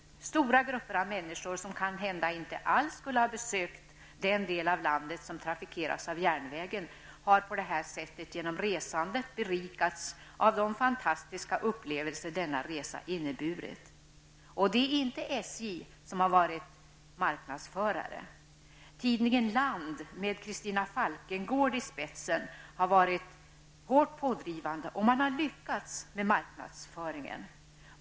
Stora grupper av människor, som kanhända inte alls skulle ha besökt den del av landet som trafikeras av järnvägen, har på detta sätt genom resandet berikats av de fantastiska upplevelser denna resa har inneburit. Det är inte SJ som har varit marknadsförare. Tidningen Land, med Christina Falkengård i spetsen, har varit hårt pådrivande. Man har lyckats med marknadsföringen.